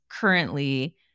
currently